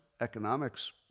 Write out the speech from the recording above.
economics